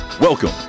Welcome